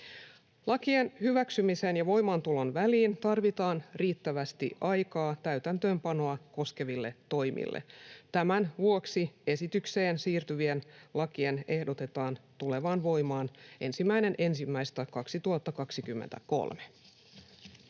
Lakien hyväksymisen ja voimaantulon väliin tarvitaan riittävästi aikaa täytäntöönpanoa koskeville toimille. Tämän vuoksi esitykseen sisältyvien lakien ehdotetaan tulevan voimaan 1.1.2023.